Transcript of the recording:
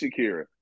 Shakira